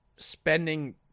Spending